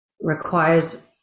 requires